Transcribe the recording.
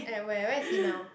at where where is he now